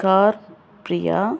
scorpio